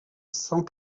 cent